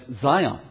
Zion